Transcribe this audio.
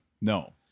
No